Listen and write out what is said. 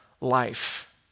life